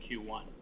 Q1